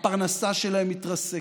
הפרנסה שלהם מתרסקת.